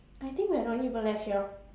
I think we're the only people left here